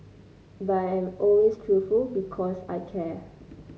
but I am always truthful because I care